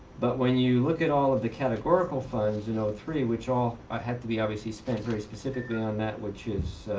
but when you look at all of the categorical funds, you know, three, which all i had to be obviously spend very specifically on that, which is